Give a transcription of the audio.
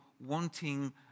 wanting